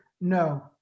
No